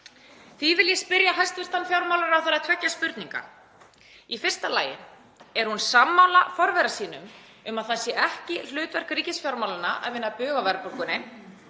Því vil ég spyrja hæstv. fjármálaráðherra tveggja spurninga. Í fyrsta lagi: Er hún sammála forvera sínum um að það sé ekki hlutverk ríkisfjármálanna að vinna bug á verðbólgunni?